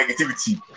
negativity